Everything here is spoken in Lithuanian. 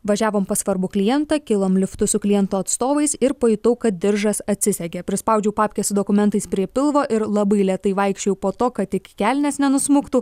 važiavom pas svarbų klientą kilom liftu su kliento atstovais ir pajutau kad diržas atsisegė prispaudžiau papkę su dokumentais prie pilvo ir labai lėtai vaikščiojau po to kad tik kelnės nenusmuktų